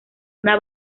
una